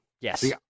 Yes